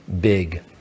big